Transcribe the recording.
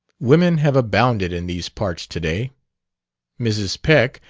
women have abounded in these parts to-day mrs. peck,